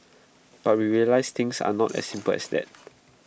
but we realised things are not as simple as that